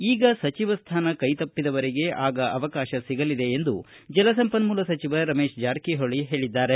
ಈಗ ಸಚಿವ ಸ್ಥಾನ ಕೈತಬ್ಬಿದವರಿಗೆ ಆಗ ಅವಕಾಶ ಸಿಗಲಿದೆ ಎಂದು ಜಲಸಂಪನ್ಮೂಲ ಸಚಿವ ರಮೇಶ ಜಾರಕಿಹೊಳಿ ಹೇಳಿದ್ದಾರೆ